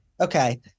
Okay